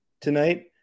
tonight